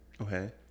okay